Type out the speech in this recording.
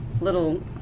little